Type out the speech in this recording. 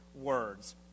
words